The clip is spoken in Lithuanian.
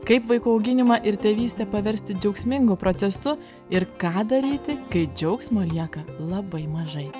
kaip vaikų auginimą ir tėvystę paversti džiaugsmingu procesu ir ką daryti kai džiaugsmo lieka labai mažai